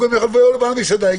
יגידו לבעל המסעדה: